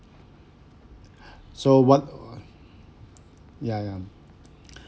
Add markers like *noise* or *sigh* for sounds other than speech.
*breath* so what *noise* ya ya *breath*